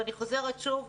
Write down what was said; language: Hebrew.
שוב,